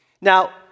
Now